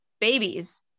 babies